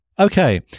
Okay